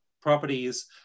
properties